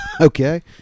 Okay